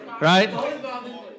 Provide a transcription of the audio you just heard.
right